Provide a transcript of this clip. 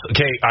Okay